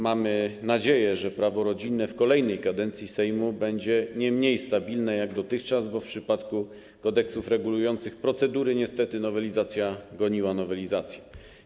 Mamy nadzieję, że prawo rodzinne w kolejnej kadencji Sejmu będzie nie mniej stabilne niż dotychczas, bo w przypadku kodeksów regulujących procedury niestety nowelizacja goniła nowelizację.